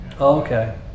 Okay